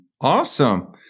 Awesome